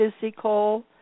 physical